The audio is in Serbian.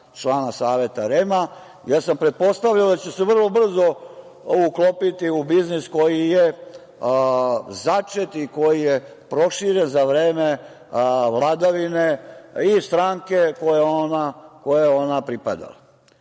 člana Saveta REM-a, jer sam pretpostavljao da će se vrlo brzo uklopiti u biznis koji je začet i koji je proširen za vreme vladavine stranke kojoj je ona pripadala. Uglavnom,